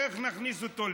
איך נכניס אותו לשם?